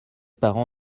parent